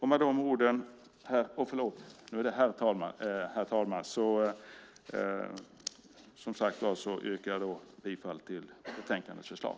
Med de orden, herr talman, yrkar jag, som sagt, bifall till betänkandets förslag.